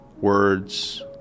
words